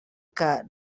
que